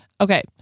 Okay